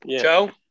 Joe